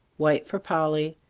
white for polly,